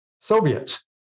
Soviets